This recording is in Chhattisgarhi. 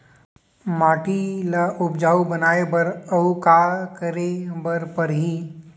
माटी ल उपजाऊ बनाए बर अऊ का करे बर परही?